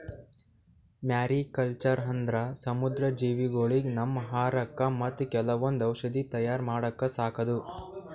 mariculture ಅಂದ್ರ ಸಮುದ್ರ ಜೀವಿಗೊಳಿಗ್ ನಮ್ಮ್ ಆಹಾರಕ್ಕಾ ಮತ್ತ್ ಕೆಲವೊಂದ್ ಔಷಧಿ ತಯಾರ್ ಮಾಡಕ್ಕ ಸಾಕದು